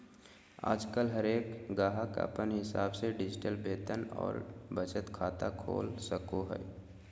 आजकल हरेक गाहक अपन हिसाब से डिजिटल वेतन और बचत खाता खोल सको हय